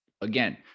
again